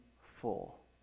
full